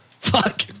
Fuck